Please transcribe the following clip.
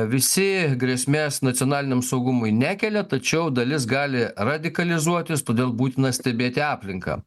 visi grėsmės nacionaliniam saugumui nekelia tačiau dalis gali radikalizuotis todėl būtina stebėti aplinką